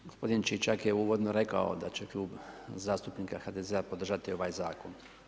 Gospodin Čičak je uvodno rekao da će Klub zastupnika HDZ-a podržati ovaj zakon.